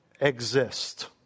exist